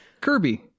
Kirby